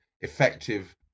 effective